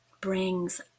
brings